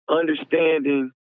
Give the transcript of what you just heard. understanding